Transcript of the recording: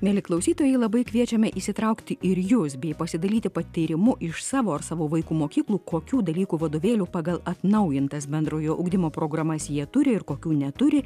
mieli klausytojai labai kviečiame įsitraukti ir jus bei pasidalyti patyrimu iš savo ar savo vaikų mokyklų kokių dalykų vadovėlių pagal atnaujintas bendrojo ugdymo programas jie turi ir kokių neturi